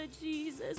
Jesus